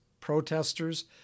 protesters